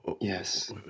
yes